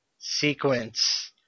sequence